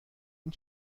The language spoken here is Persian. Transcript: این